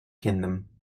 kingdom